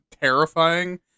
terrifying